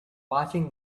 watching